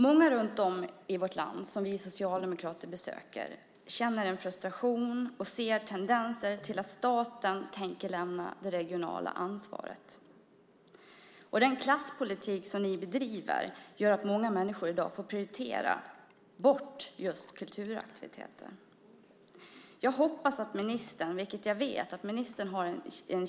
Många runt om i vårt land som vi socialdemokrater besöker känner en frustration och ser tendenser till att staten tänker lämna det regionala ansvaret. Den klasspolitik som ni bedriver gör att många människor i dag får prioritera bort just kulturaktiviteter. Jag vet att ministern har en väldigt stark känsla för kulturen.